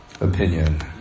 opinion